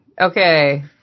Okay